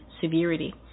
severity